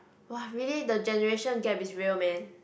!wah! really the generation gap is real man